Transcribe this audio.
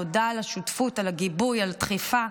תודה על השותפות, על הגיבוי, על הדחיפה.